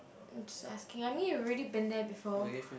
mm just asking I mean you've already been there before